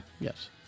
Yes